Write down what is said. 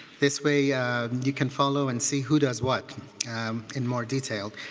this way you can follow and see who does what in more detail.